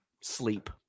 sleep